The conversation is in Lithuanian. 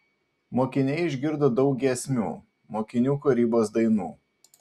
mokiniai išgirdo daug giesmių mokinių kūrybos dainų